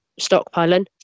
stockpiling